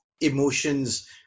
emotions